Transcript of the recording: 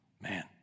man